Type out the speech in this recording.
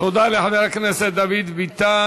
תודה לחבר הכנסת דוד ביטן.